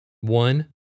One